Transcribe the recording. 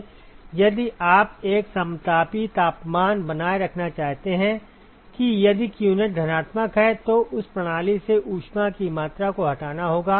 यदि आप एक समतापी तापमान बनाए रखना चाहते हैं कि यदि qnet धनात्मक है तो उस प्रणाली से ऊष्मा की मात्रा को हटाना होगा